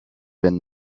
then